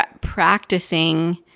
practicing –